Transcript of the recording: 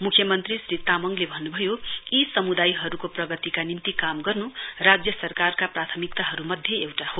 मुख्यमन्त्री श्री तामङले भन्नुभयो यी समुदायहरूको प्रगतिका निम्ति काम गर्नु राज्य सरकारका प्राथमिकताहरूमध्ये एउटा हो